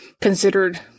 considered